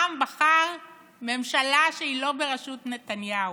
העם בחר ממשלה שהיא לא בראשות נתניהו.